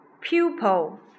pupil